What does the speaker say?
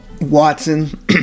Watson